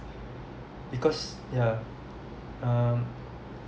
because yeah um